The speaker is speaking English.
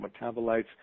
metabolites